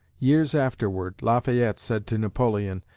years afterward, lafayette said to napoleon,